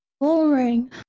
boring